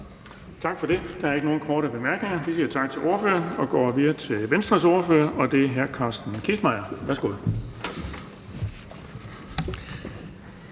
Bonnesen): Der er ikke nogen korte bemærkninger. Vi siger tak til ordføreren og går videre til Venstres ordfører, og det er hr. Carsten Kissmeyer. Værsgo.